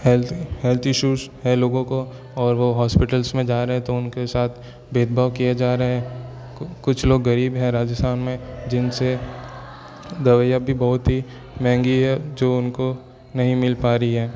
health health issues हैं लोगों को और वो हॉस्पिटल्स में जा रहे हैं तो उनके साथ भेदभाव किया जा रहा है कुछ लोग गरीब है राजस्थान में जिनसे दवाइयाँ भी बहुत ही महंगी है जो उनको नहीं मिल पा रही हैं